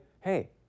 hey